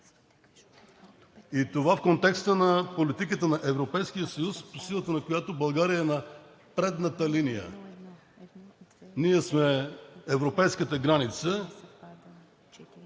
Това е в контекста на политиката на Европейския съюз, по силата на която България е на предната линия, и ние сме европейската граница,